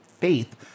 faith